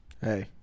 Hey